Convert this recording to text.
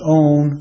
own